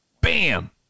bam